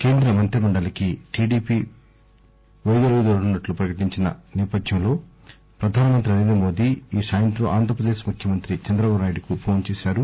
కేంద్రమంత్రిమండలి TDP వైదొలుగుతున్నట్లు ప్రకటించిన నేపథ్యంలో ప్రధానమంత్రి నరేంద్రమోది ఈ సాయంత్రం ఆంధ్రప్రదేశ్ ముఖ్యమంత్రి చంద్రబాబునాయుడుకు ఫోన్ చేశారు